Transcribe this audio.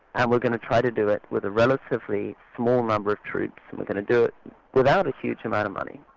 and we're going to try to do it with a relatively small number of troops, and we're going to do it without a huge amount of money,